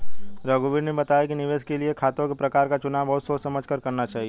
रघुवीर ने बताया कि निवेश के लिए खातों के प्रकार का चुनाव बहुत सोच समझ कर करना चाहिए